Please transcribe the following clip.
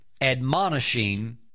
admonishing